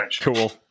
cool